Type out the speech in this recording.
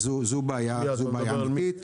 זו בעיה אמיתית,